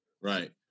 Right